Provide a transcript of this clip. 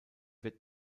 wird